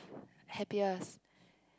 happiest